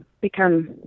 become